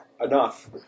Enough